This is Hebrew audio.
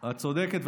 את צודקת.